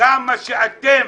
כמה שאתם